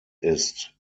ist